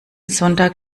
sonntag